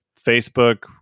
Facebook